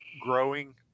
growing